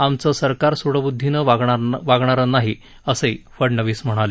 आमचं सरकार सूड बुद्दीनं वागणारं नाही असंही फडणवीस म्हणाले